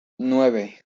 nueve